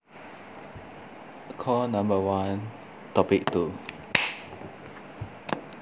call number one topic two